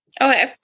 Okay